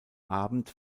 abend